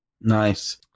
Nice